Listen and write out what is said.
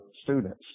students